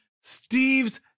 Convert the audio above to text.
Steve's